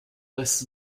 lists